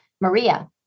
Maria